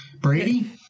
Brady